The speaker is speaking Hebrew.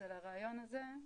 אז על הרעיון הזה,